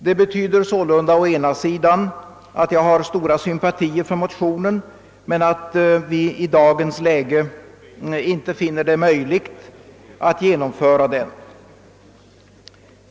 Det betyder sålunda att jag har stora sympatier för motionen men att vi i dagens läge inte finner det möjligt att genomföra dess önskemål.